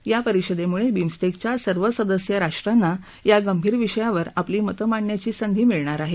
या परिषदेमुळे विमस्टेकच्या सर्व सदस्य राष्ट्रांना या गंभीर विषयावर आपली मतं मांडण्याची संधी मिळणार आहे